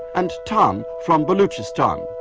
and tan from baluchistan.